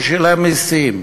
הוא שילם מסים.